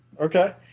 Okay